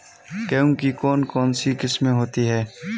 गेहूँ की कौन कौनसी किस्में होती है?